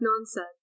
nonsense